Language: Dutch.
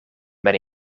met